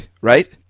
right